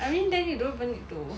I mean then you don't even need to